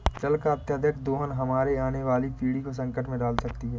जल का अत्यधिक दोहन हमारे आने वाली पीढ़ी को संकट में डाल सकती है